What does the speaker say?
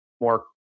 more